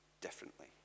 differently